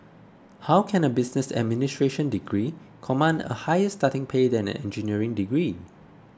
how can a business administration degree command a higher starting pay than an engineering degree